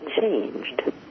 changed